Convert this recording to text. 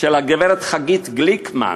של גברת חגית גליקמן,